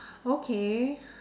okay